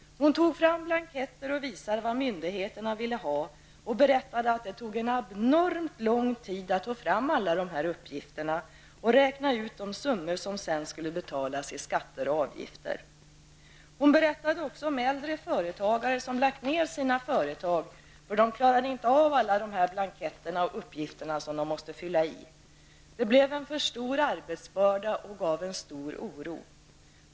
Hon tog fram blanketter och visade vad myndigheterna ville ha och berättade att det tog abnormt lång tid att ta fram alla uppgifter och räkna ut de summor som sedan skulle betalas i skatter och avgifter. Hon berättade också om äldre företagare som lagt ned sina företag därför att de klarade inte av alla de blanketter och uppgifter som de måste fylla i. Det blev en för stor arbetsbörda och gav en stor oro.